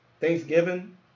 Thanksgiving